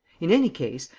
in any case,